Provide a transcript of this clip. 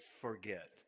forget